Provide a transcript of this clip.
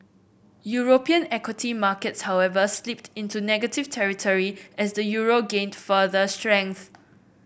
European equity markets however slipped into negative territory as the euro gained further strength